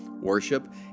worship